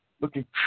Looking